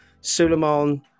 Suleiman